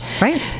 right